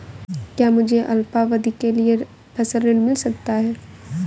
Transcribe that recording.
क्या मुझे अल्पावधि के लिए फसल ऋण मिल सकता है?